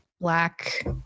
Black